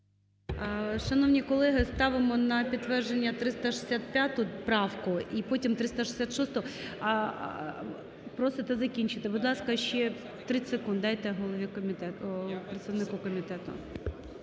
Шановні колеги, ставимо на підтвердження 365 правку і потім 366-у. Просите закінчити? Будь ласка, ще 30 секунд дайте представнику комітету.